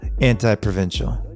anti-provincial